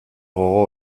gogo